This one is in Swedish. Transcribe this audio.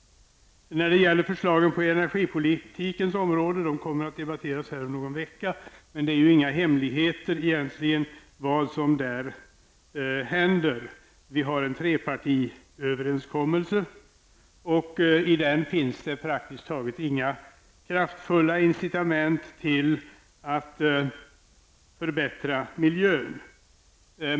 Förslagen på energipolitikens område kommer att debatteras här om någon vecka. Men det är egentligen inte någon hemlighet vad som kommer att hända. Det finns en trepartiöverenskommelse, och i den finns praktiskt taget inga kraftfulla incitament till att förbättra miljön.